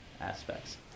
aspects